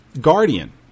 Guardian